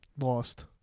Lost